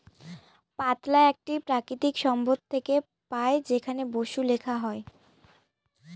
পাতলা একটি প্রাকৃতিক সম্পদ থেকে পাই যেখানে বসু লেখা হয়